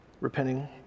Repenting